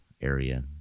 area